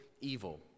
evil